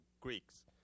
Greeks